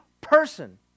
person